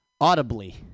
Audibly